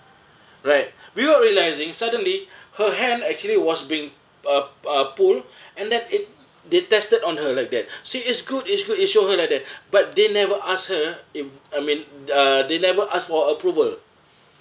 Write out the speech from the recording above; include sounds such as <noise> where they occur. right without realising suddenly <breath> her hand actually was being uh uh pull <breath> and then it they tested on her like that <breath> see it's good it's good it show her like that but they never ask her if I mean uh they never ask for approval